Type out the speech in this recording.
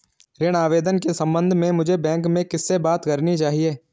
ऋण आवेदन के संबंध में मुझे बैंक में किससे बात करनी चाहिए?